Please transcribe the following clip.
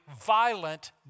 violent